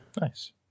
Nice